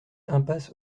impasse